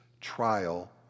trial